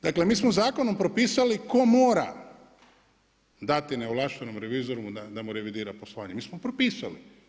Dakle, mi smo zakonom propisali tko mora dati neovlaštenom revizoru da mu revidira poslovanje, mi smo propisali.